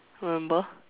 remember